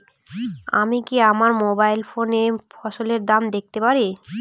আমি কি আমার মোবাইল ফোনে ফসলের দাম দেখতে পারি?